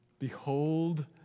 Behold